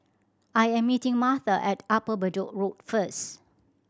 I am meeting Martha at Upper Bedok Road first